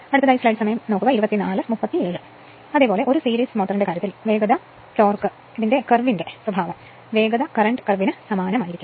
അതുപോലെ ഒരു സീരീസ് മോട്ടോറിന്റെ കാര്യത്തിൽ സ്പീഡ് ടോർക്ക് കർവിന്റെ സ്വഭാവം സ്പീഡ് കറന്റ് കർവിന് സമാനമാണ്